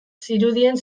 zirudien